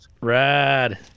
Rad